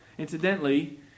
Incidentally